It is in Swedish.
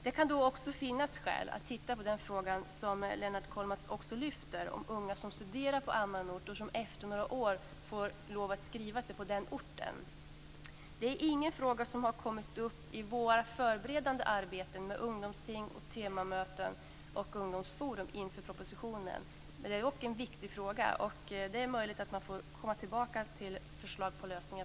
Det kan också finnas skäl att titta närmare på den fråga som Lennart Kollmats lyfter fram om unga som studerar på annan ort och som efter några år får lov att skriva sig på den orten. Den frågan har inte kommit upp i vårt förberedande arbete med ungdomsting, temamöten och ungdomsforum inför propositionen. Det är dock en viktig fråga. Det är möjligt att man senare får komma tillbaka där med förslag till lösningar.